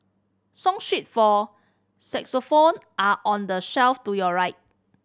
song sheets for xylophone are on the shelf to your right